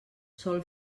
sol